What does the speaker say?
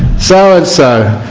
so and so,